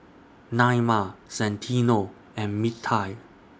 Naima Santino and Mintie